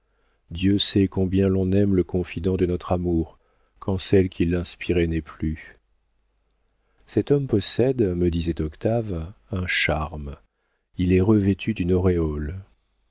dieu sait combien l'on aime le confident de notre amour quand celle qui l'inspirait n'est plus cet homme possède me disait octave un charme il est revêtu d'une auréole